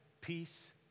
peace